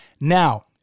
now